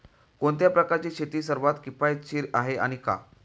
कोणत्या प्रकारची शेती सर्वात किफायतशीर आहे आणि का?